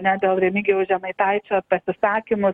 ne dėl remigijaus žemaitaičio pasisakymų